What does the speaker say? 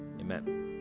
Amen